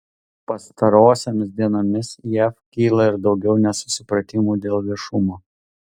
pastarosiomis dienomis jav kyla ir daugiau nesusipratimų dėl viešumo